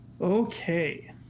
Okay